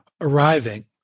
arriving